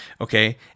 Okay